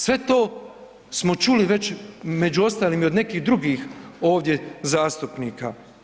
Sve to smo čuli već među ostalim i od nekih drugih ovdje zastupnika.